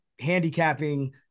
handicapping